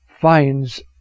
finds